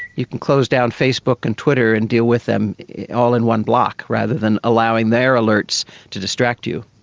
you can close down facebook and twitter and deal with them all in one block rather than allowing their alerts to distract you.